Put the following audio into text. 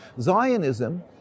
Zionism